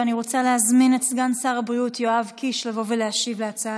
אני רוצה להזמין את סגן שר הבריאות יואב קיש לבוא ולהשיב על ההצעה